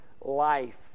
life